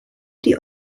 die